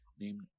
named